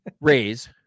raise